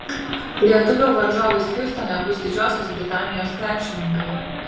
lietuvių varžovais hjustone bus didžiosios britanijos krepšininkai